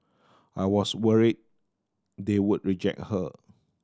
I was worried they would reject her